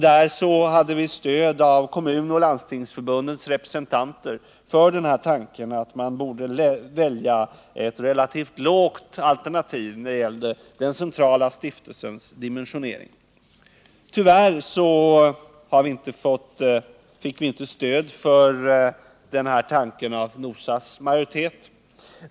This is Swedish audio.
Där hade vi stöd av kommunoch landstingsförbundens representanter för tanken att man borde välja ett relativt lågt alternativ när det gällde den centrala stiftelsens dimensionering. Tyvärr fick vi inte stöd för denna tanke av NOSA:s majoritet.